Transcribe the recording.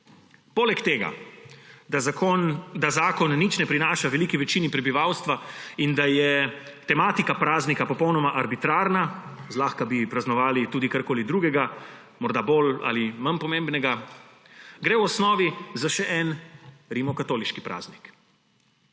Poleg tega, da zakon nič ne prinaša veliki večini prebivalstva in da je tematika praznika popolnoma arbitrarna – zlahka bi praznovali tudi karkoli drugega, morda bolj ali manj pomembnega – gre v osnovi za še en rimokatoliški praznik,